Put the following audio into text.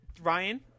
Ryan